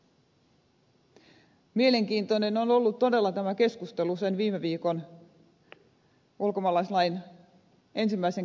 tämä keskustelu on ollut todella mielenkiintoinen viime viikon ulkomaalaislain ensimmäisen käsittelyn jälkeen